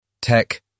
Tech